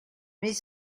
mais